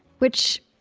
which